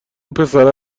پسره